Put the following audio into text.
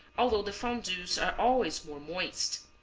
although the fondues are always more moist.